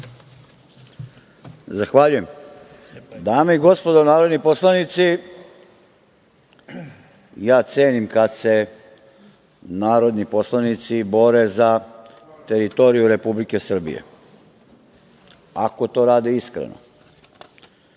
Zahvaljujem. Dame i gospodo narodni poslanici, cenim kada se narodni poslanici bore za teritoriju Republike Srbije, ako to rade iskreno.